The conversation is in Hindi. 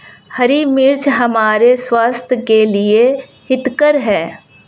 हरी मिर्च हमारे स्वास्थ्य के लिए हितकर हैं